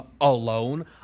alone